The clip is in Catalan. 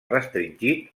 restringit